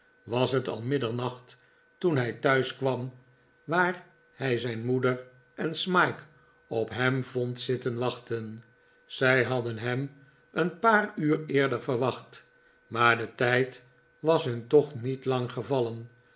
was het al middernacht toen hij thuis kwam waar hij zijn moeder en smike op hem vond zitten wachten zij hadden hem een paar uur eerder verwacht maar de tijd was hun toch niet lang gevallen